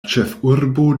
ĉefurbo